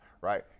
right